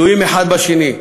ותלויים אחד בשני.